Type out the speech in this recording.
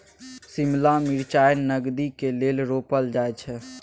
शिमला मिरचाई नगदीक लेल रोपल जाई छै